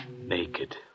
Naked